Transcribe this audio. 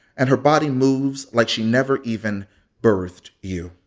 and her body moves like she never even birthed you.